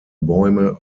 bäume